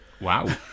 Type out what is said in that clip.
Wow